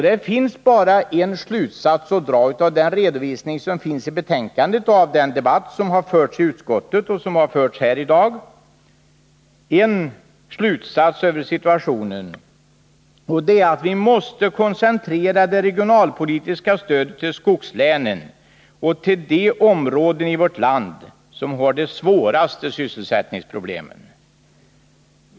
Det finns bara en slutsats att dra av redovisningen i utskottsbetänkandet och av den debatt som har förts i dag, nämligen att vi måste koncentrera det regionalpolitiska stödet till skogslänen och till de områden i vårt land som har de svåraste sysselsättningsproblemen.